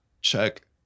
check